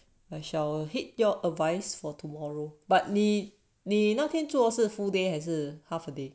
like I shall head your advice for tomorrow but 你你那天做是 full day 还是 half a day